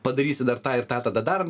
padarysi dar tą ir tą tada dar